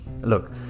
Look